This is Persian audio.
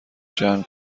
جمع